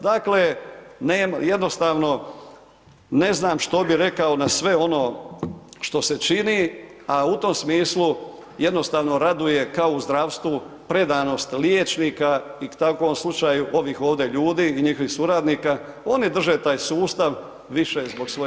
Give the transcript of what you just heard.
Dakle, jednostavno, ne znam što bi rekao na sve ono što se čini, u tom smislu, jednostavno raduje kao u zdravstvu, predanost liječnika i u takvom slučaju ovih ovdje ljudi i njihovih suradnika, oni drže taj sustav, više zbog svoje savjesti.